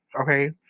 okay